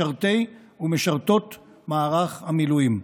משרתי ומשרתות מערך המילואים.